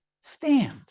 stand